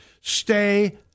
Stay